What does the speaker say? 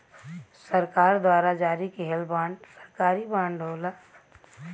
सरकार द्वारा जारी किहल बांड सरकारी बांड होला